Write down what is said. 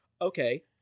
okay